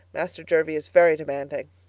master jervie is very demanding.